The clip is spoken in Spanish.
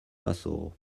paso